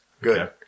Good